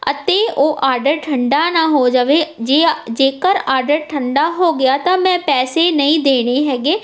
ਅਤੇ ਉਹ ਆਰਡਰ ਠੰਡਾ ਨਾ ਹੋ ਜਾਵੇ ਜੇ ਜੇਕਰ ਆਰਡਰ ਠੰਡਾ ਹੋ ਗਿਆ ਤਾਂ ਮੈਂ ਪੈਸੇ ਨਹੀਂ ਦੇਣੇ ਹੈਗੇ